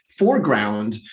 foreground